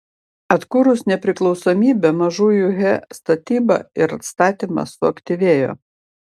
atkūrus nepriklausomybę mažųjų he statyba ir atstatymas suaktyvėjo